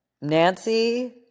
Nancy